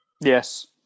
Yes